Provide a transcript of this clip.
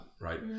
right